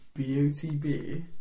BOTB